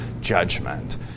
judgment